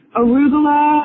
arugula